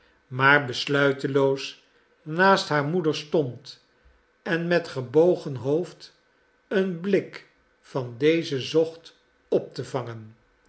maar besluiteloos naast haar moeder stond en met gebogen hoofd een blik van deze zocht op te vangen